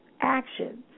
actions